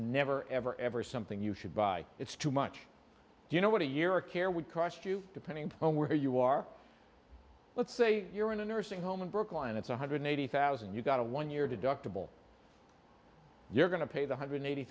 never ever ever something you should buy it's too much you know what a year or care would cost you depending on where you are let's say you're in a nursing home in brooklyn it's one hundred eighty thousand and you've got a one year to dr bill you're going to pay the hundred eighty